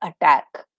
attack